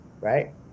right